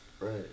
Right